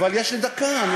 אבל יש לי דקה.